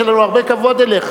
יש לנו הרבה כבוד אליך,